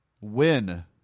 win